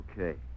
Okay